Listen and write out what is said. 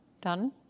done